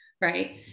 Right